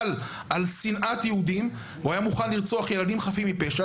מה שהביא אותו להיות מוכן לרצוח ילדים חפים מפשע.